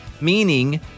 meaning